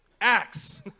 Acts